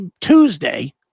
Tuesday